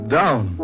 down